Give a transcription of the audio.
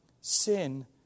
sin